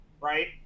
right